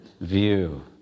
view